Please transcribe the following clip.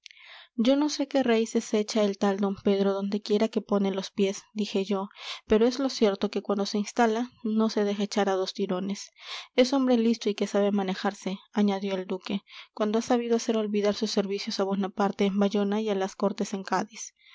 yo no sé qué raíces echa el tal d pedro donde quiera que pone los pies dije yo pero es lo cierto que cuando se instala no se deja echar a dos tirones es hombre listo y que sabe manejarse añadió el duque cuando ha sabido hacer olvidar sus servicios a bonaparte en bayona y a las cortes en cádiz